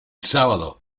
sábado